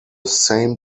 same